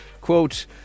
quote